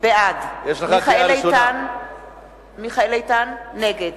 בעד מיכאל איתן, נגד